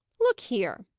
look here!